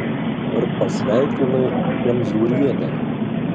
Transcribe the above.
ar pasveikinai kemzūrienę